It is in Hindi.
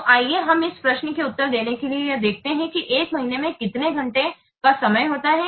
तो आइए हम इस प्रश्न का उत्तर देने के लिए यह देखते हैं कि एक महीने में कितने घंटे का समय होता है